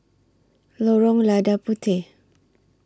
Lorong Lada Puteh